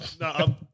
No